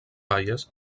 baies